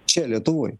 čia lietuvoj